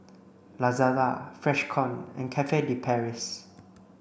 Lazada Freshkon and Cafe de Paris